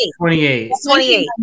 28